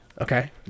Okay